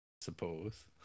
suppose